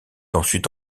ensuite